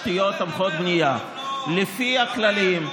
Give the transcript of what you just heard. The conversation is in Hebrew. יש מושג שנקרא תשתיות תומכות בנייה לפי הכללים,